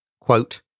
Quote